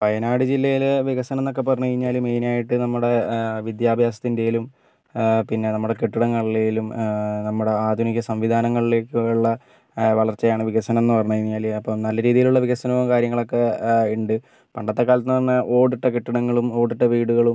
വയനാട് ജില്ലയിലെ വികസനംന്നക്കെ പറഞ്ഞ് കഴിഞ്ഞാൽ മെയ്നായിട്ടും നമ്മുടെ വിദ്യാഭയസത്തിൻ്റെലും പിന്നെ നമ്മടെ കെട്ടിടങ്ങൾടേലും നമ്മുടെ ആധുനിക സംവിധാനങ്ങളിലേക്കുള്ള വളർച്ചയാണ് വികസനംന്ന് പറഞ്ഞ് കഴിഞ്ഞാൽ അപ്പം നല്ല രീതിയിലുള്ള വികസനോം കാര്യങ്ങളക്കെ ഉണ്ട് പണ്ടത്തെ കാലത്തെന്ന് പറഞ്ഞാൽ ഓടിട്ട കെട്ടിടങ്ങളും ഓടിട്ട വീടുകളും